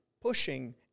pushing